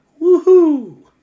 woohoo